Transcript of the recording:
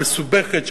המסובכת,